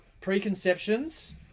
preconceptions